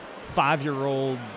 five-year-old